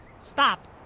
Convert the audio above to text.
Stop